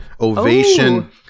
ovation